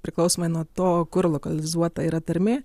priklausomai nuo to kur lokalizuota yra tarmė